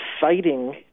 fighting